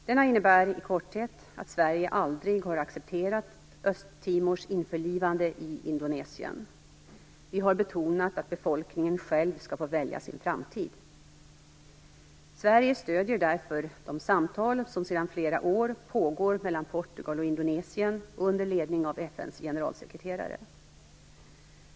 Denna innebär i korthet att Sverige aldrig har accepterat Östtimors införlivande i Indonesien. Vi har betonat att befolkningen själv bör få välja sin framtid. Sverige stöder därför de samtal som sedan flera år tillbaka pågår mellan Portugal och Indonesien under ledning av FN:s generalsekreterare.